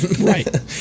Right